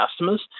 customers